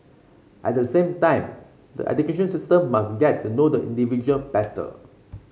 at the same time the education system must get to know the individual better